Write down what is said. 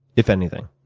if anything?